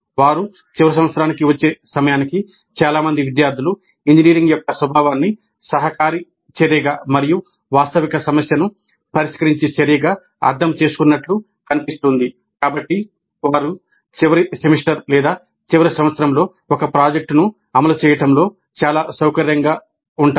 వారు చివరి సంవత్సరానికి వచ్చే సమయానికి చాలా మంది విద్యార్థులు ఇంజనీరింగ్ యొక్క స్వభావాన్ని సహకారి చర్యగా మరియు వాస్తవిక సమస్యను పరిష్కరించే చర్యగా అర్థం చేసుకున్నట్లు కనిపిస్తోంది కాబట్టి వారు చివరి సెమిస్టర్ లేదా చివరి సంవత్సరంలో ఒక ప్రాజెక్ట్ను అమలు చేయడంలో చాలా సౌకర్యంగా ఉంటారు